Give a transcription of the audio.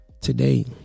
today